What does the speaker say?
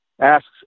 asks